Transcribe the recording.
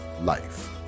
Life